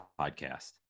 podcast